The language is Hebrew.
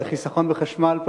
זה חיסכון בחשמל,